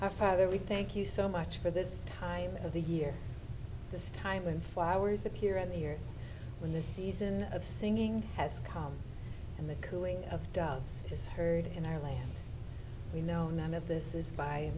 my father we thank you so much for this time of the year this time when flowers appear and here when the season of singing has come and the cooing of dogs is heard in our land we know none of this is by